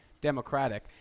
democratic